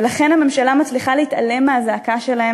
ולכן הממשלה מצליחה להתעלם מהזעקה שלהן